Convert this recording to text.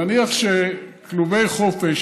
נניח שכלובי חופש,